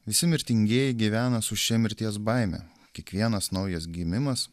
visi mirtingieji gyvena su šia mirties baime kiekvienas naujas gimimas